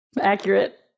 Accurate